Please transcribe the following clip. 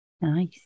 Nice